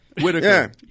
Whitaker